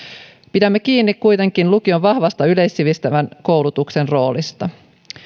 pidämme kiinni kuitenkin lukion vahvasta yleissivistävän koulutuksen roolista